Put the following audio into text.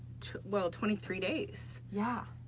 well twenty three days? yeah